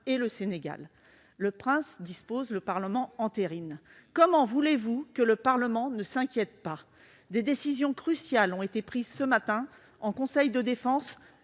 et au Sénégal. Le prince dispose, le Parlement entérine ! Comment voulez-vous que le Parlement ne s'inquiète pas ? Des décisions cruciales ont été prises ce matin en conseil de défense,